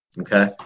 Okay